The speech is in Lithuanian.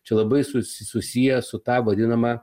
čia labai susi susiję su tą vadinamą